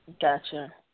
Gotcha